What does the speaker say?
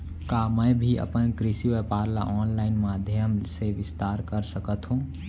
का मैं भी अपन कृषि व्यापार ल ऑनलाइन माधयम से विस्तार कर सकत हो?